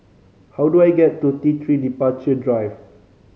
how do I get to T Three Departure Drive